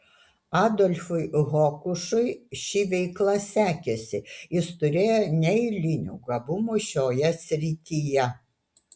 adolfui hokušui ši veikla sekėsi jis turėjo neeilinių gabumų šioje srityje